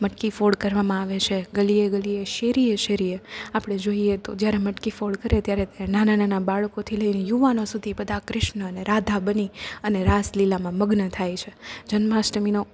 મટકી ફોડ કરવામાં આવે છે ગલીએ ગલીએ શેરીએ શેરીએ આપણે જોઈએ તો જ્યારે મટકી ફોડ કરે ત્યારે નાનાં નાનાં બાળકોથી લઈ યુવાનો સુધી બધા કૃષ્ણ ને રાધા બની અને રાસલીલામાં મગ્ન થાય છે જન્માષ્ટમીનો